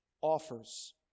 offers